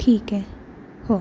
ठीक आहे हो